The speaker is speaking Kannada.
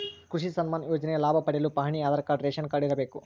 ಕೃಷಿ ಸನ್ಮಾನ್ ಯೋಜನೆಯ ಲಾಭ ಪಡೆಯಲು ಪಹಣಿ ಆಧಾರ್ ಕಾರ್ಡ್ ರೇಷನ್ ಕಾರ್ಡ್ ಇರಬೇಕು